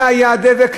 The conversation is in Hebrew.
זה היה הדבק,